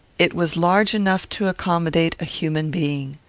it was large enough to accommodate a human being.